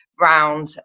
round